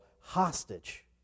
hostage